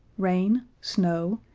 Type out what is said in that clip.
rain, snow,